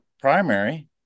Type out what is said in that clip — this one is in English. primary